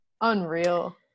unreal